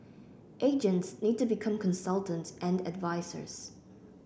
agents need to become consultants and advisers